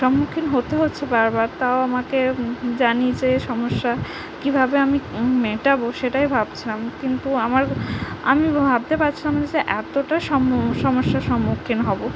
সম্মুখীন হতে হচ্ছে বারবার তাও আমাকে জানি যে সমস্যা কীভাবে আমি মেটাবো সেটাই ভাবছিলাম কিন্তু আমার আমি ভাবতে পারছিলাম না যে এতটা সমস্যার সম্মুখীন হবো